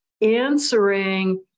answering